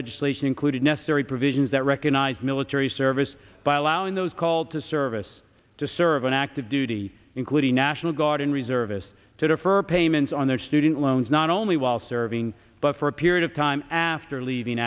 legislation included necessary provisions that recognize military service by allowing those called to service to serve on active duty including national guard and reservists to defer payments on their student loans not only while serving but for a period of time after leaving